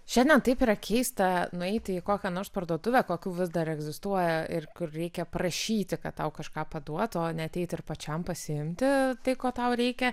šiandien taip yra keista nueiti į kokią nors parduotuvę kokių vis dar egzistuoja ir kur reikia prašyti kad tau kažką paduotų o ne ateiti ir pačiam pasiimti tai ko tau reikia